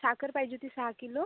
साखर पाहिजे होती सहा किलो